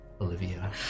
Olivia